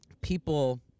people